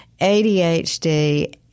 ADHD